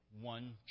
one